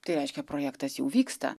tai reiškia projektas jau vyksta